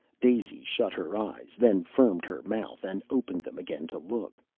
daisy shut her eyes, then firmed her mouth and opened them again to look.